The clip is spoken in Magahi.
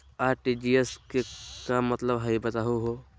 आर.टी.जी.एस के का मतलब हई, बताहु हो?